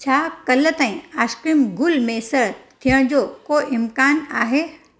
छा काल्ह ताईं आइसक्रीम गुल मैसर थियण जो को इम्कानु आहे